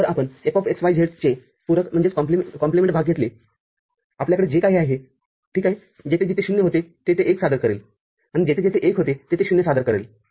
तर जर आपण Fx y z चे पूरक भाग घेतले आपल्याकडे जे काही आहे ठीक आहे जेथे जेथे ० होते तेथे १ सादर करेलआणि जेथे जेथे १ होते तेथे ० सादर करेल